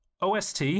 OST